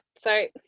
sorry